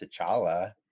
T'Challa